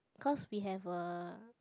cause we have a